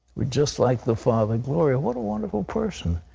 we're just like the father. gloria, what a wonderful person.